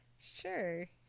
Sure